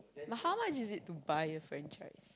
but how much is it to buy a franchise